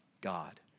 God